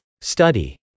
Study